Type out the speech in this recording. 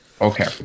Okay